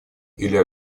или